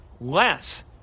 less